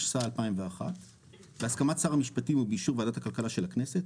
התשס"א-2001 בהסכמת שר המשפטים ובאישור ועדת הכללה של הכנסת,